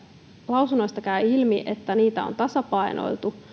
lausunnoista käy ilmi että niiden kanssa on tasapainoiltu